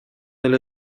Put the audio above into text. эле